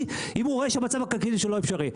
אם הוא רואה שהמצב הכלכלי שלו לא אפשרי.